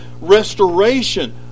restoration